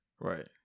Right